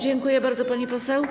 Dziękuję bardzo, pani poseł.